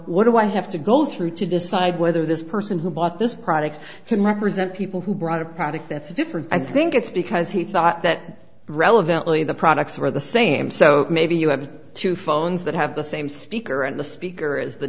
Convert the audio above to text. what do i have to go through to decide whether this person who bought this product can represent people who brought a product that's different i think it's because he thought that relevantly the products are the same so maybe you have two phones that have the same speaker and the speaker is the